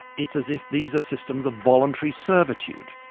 it's as if these are systems of voluntary servitude.